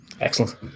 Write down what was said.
Excellent